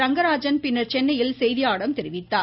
ரங்கராஜன் பின்னர் சென்னையில் செய்தியாளர்களிடம் தெரிவித்தார்